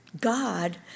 God